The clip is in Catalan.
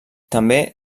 també